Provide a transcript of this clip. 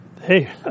Hey